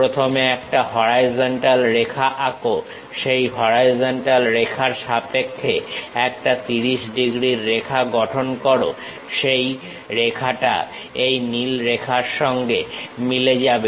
প্রথমে একটা হরাইজন্টাল রেখা আঁকো সেই হরাইজন্টাল রেখার সাপেক্ষে একটা 30 ডিগ্রীর রেখা গঠন করো সেই রেখাটা এই নীল রেখার সঙ্গে মিলে যাবে